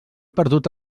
perdut